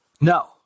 No